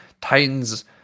Titans